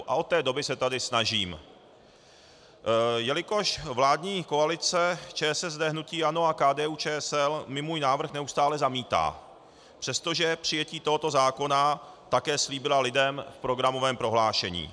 Od té doby se tady snažím, jelikož vládní koalice ČSSD, hnutí ANO a KDUČSL mi můj návrh neustále zamítá, přestože přijetí tohoto zákona také slíbila lidem v programovém prohlášení.